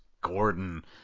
Gordon